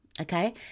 okay